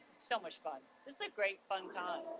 so much fun. this is a great fun con.